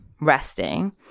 resting